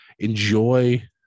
Enjoy